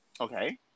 Okay